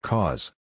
Cause